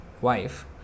wife